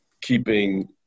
keeping